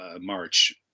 march